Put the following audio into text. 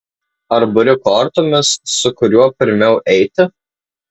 ar buri kortomis su kuriuo pirmiau eiti